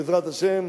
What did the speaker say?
בעזרת השם,